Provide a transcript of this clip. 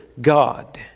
God